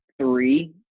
three